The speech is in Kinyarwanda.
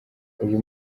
uyu